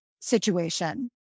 situation